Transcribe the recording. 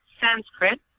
Sanskrit